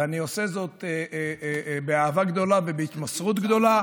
ואני עושה זאת באהבה גדולה ובהתמסרות גדולה.